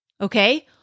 Okay